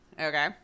okay